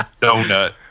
Donut